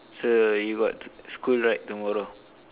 so you got school right tomorrow